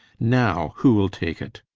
now, who'll take it?